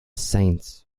saints